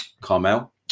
Carmel